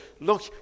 look